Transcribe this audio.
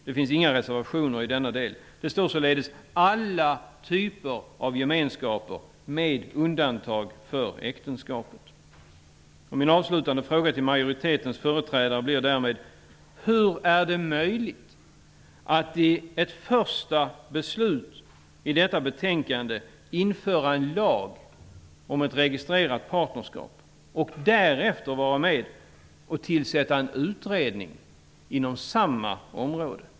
Det finns inga reservationer i denna del. Det står således ''alla typer av gemenskaper'' med undantag för äktenskapet. Min avslutande fråga till majoritetens företrädare blir därmed: Hur är det möjligt att i ett första beslut införa en lag om ett registrerat partnerskap och därefter vara med och tillsätta en utredning inom samma område?